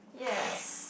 yes